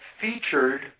featured